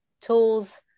tools